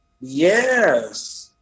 yes